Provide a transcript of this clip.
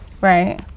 Right